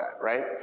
right